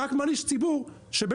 אתה רק מעניש ציבור שהוא,